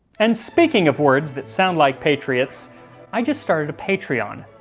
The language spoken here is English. and speaking of words that sound like patriots i just started a patreon.